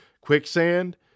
quicksand